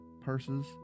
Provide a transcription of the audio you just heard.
purses